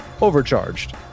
overcharged